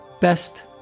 Best